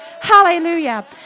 Hallelujah